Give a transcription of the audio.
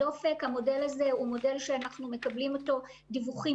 המודל הזה הוא מודל שאנחנו מקבלים מידע עליו און-ליין.